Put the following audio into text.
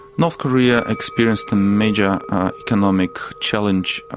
north korea experienced a major economic challenge,